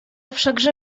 wszakże